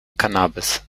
cannabis